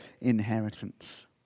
inheritance